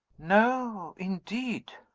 no, indeed!